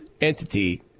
entity